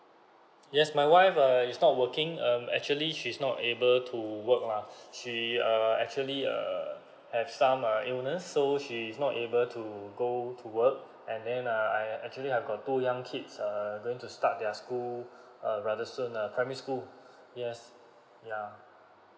yes my wife err is not working um actually she's not able to work lah she err actually err have some uh illness so she's not able to go to work and then uh I actually have got two young kids err going to start their school err rather soon uh primary school yes yeah